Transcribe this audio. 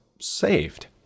saved